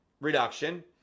reduction